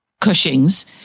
Cushing's